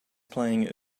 playing